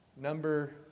Number